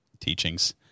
teachings